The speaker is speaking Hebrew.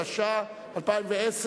התש"ע 2010,